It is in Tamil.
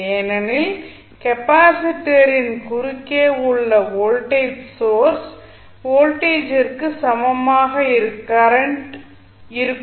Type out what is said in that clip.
ஏனெனில் கெப்பாசிட்டரின் குறுக்கே உள்ள வோல்டேஜ் சோர்ஸ் வோல்டேஜிற்கு சமமாக இருக்கும்